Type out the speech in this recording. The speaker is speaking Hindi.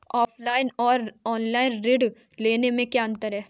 ऑफलाइन और ऑनलाइन ऋण लेने में क्या अंतर है?